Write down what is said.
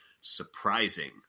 surprising